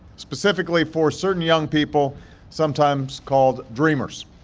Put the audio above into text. specifically for certain young people sometimes called dreamers.